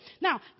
Now